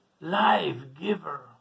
life-giver